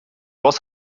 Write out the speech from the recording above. boss